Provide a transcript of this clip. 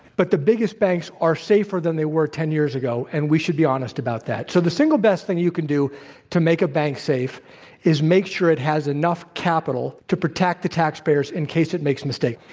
but the biggest banks are safer than they were ten years ago, and we should be honest about that. so the single best thing you can do to make a bank safe is make sure it has enough capital to protect the taxpayers in case it makes mistakes.